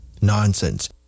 Nonsense